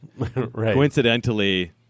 coincidentally